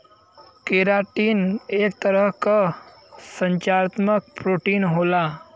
keratin एक तरह क संरचनात्मक प्रोटीन होला